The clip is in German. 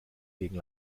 gegen